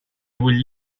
vull